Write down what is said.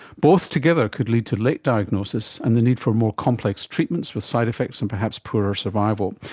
both together could lead to late diagnosis and the need for more complex treatments with side-effects and perhaps poorer survival.